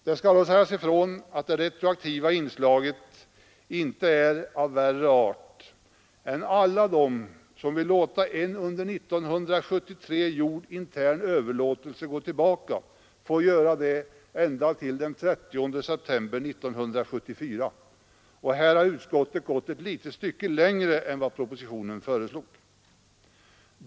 Det skall dock sägas ifrån att det retroaktiva inslaget inte är av värre art än att alla, som vill låta en under 1973 gjord intern överlåtelse återgå, får göra detta ända till den 30 september 1974. Där har utskottet gått ett litet stycke längre än propositionen.